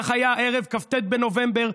כך היה ערב כ"ט בנובמבר,